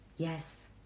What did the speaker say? Yes